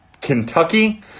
Kentucky